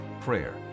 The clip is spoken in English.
prayer